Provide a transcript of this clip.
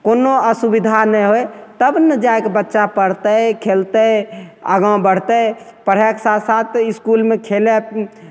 कोनो असुविधा नहि होइ तब ने जाके बच्चा पढ़तै खेलतै आगाँ बढ़तै पढ़ैके साथ साथ इसकुलमे खेलै